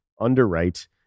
underwrite